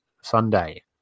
Sunday